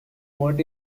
what